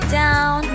down